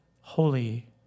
holy